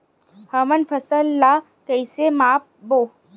हमन फसल ला कइसे माप बो?